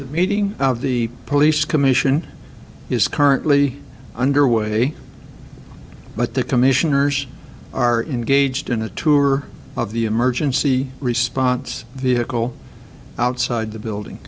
ok meeting of the police commission is currently underway but the commissioners are in gauged in a tour of the emergency response vehicle outside the building